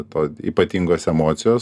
to ypatingos emocijos